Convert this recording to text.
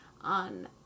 on